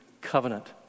Covenant